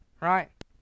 right